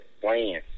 plan